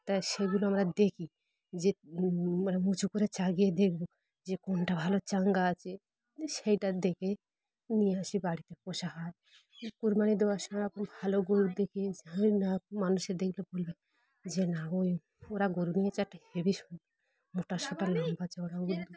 তা সেগুলো আমরা দেখি যে মানে উঁচু করে চাগিয়ে দেখবো যে কোনটা ভালো চাঙ্গা আছে সেইটা দেখে নিয়ে আসি বাড়িতে কোষা হয় কুরমানি দেওয়ার সময় ভালো গরুর দেখে না মানুষের দেখলে বলবে যে না ওই ওরা গরু নিয়ে চারটা হেভবি সুন্দর মোটা সোটা না পাছে ওরা গ